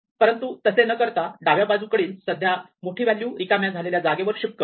परंतु तसे न करता डाव्या बाजूकडील सध्या मोठी व्हॅल्यू रिकाम्या झालेल्या जागेवर शिफ्ट करू